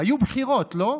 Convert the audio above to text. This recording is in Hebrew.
היו בחירות, לא?